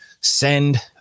send